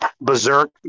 Berserk